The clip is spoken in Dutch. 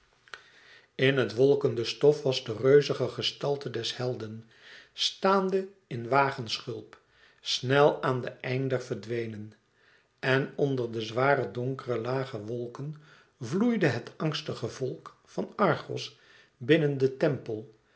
in het wolkende stof was de reuzige gestalte des helden staande in wagenschulp snel aan den einder verdwenen en onder de zware donkere lage wolken vloeide het angstige volk van argos binnen den tempel